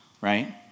right